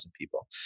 people